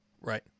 right